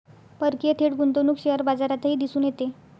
परकीय थेट गुंतवणूक शेअर बाजारातही दिसून येते